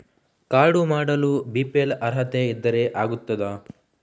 Card ಮಾಡಲು BPL ಅರ್ಹತೆ ಇದ್ದರೆ ಆಗುತ್ತದ?